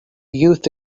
youth